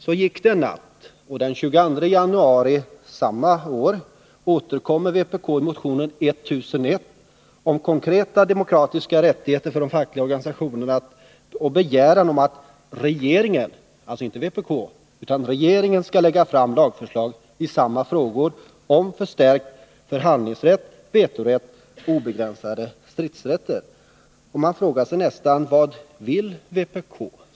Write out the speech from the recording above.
Så gick det en natt, och den 22 januari återkom vpk med motion 1001 om konkreta demokratiska rättigheter för de fackliga organisationerna och med begäran om att regeringen — alltså inte vpk — skulle lägga fram lagförslag i samma frågor, om förstärkt förhandlingsrätt, vetorätt och obegränsad stridsrätt. Man frågar sig: Vad vill vpk?